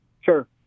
Sure